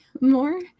more